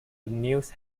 news